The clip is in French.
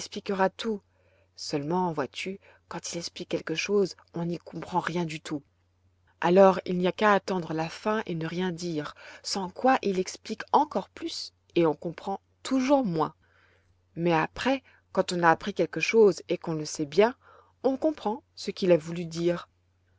t'expliquera tout seulement vois-tu quand il explique quelque chose on n'y comprend rien du tout alors il n'y a qu'à attendre la fin et ne rien dire sans quoi il explique encore plus et on comprend toujours moins mais après quand on a appris quelque chose et qu'on le sait bien on comprend ce qu'il a voulu dire